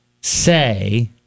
say